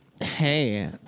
hey